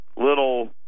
little